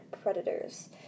predators